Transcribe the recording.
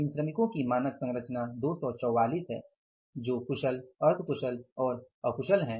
इन श्रमिकों का मानक संरचना 244 है जो कुशल अर्ध कुशल और अकुशल है